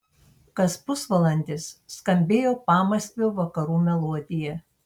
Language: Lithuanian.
kas pusvalandis skambėjo pamaskvio vakarų melodija